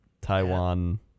Taiwan